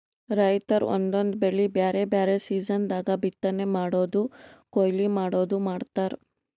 ರೈತರ್ ಒಂದೊಂದ್ ಬೆಳಿ ಬ್ಯಾರೆ ಬ್ಯಾರೆ ಸೀಸನ್ ದಾಗ್ ಬಿತ್ತನೆ ಮಾಡದು ಕೊಯ್ಲಿ ಮಾಡದು ಮಾಡ್ತಾರ್